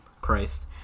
christ